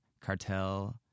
Cartel